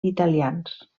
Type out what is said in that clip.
italians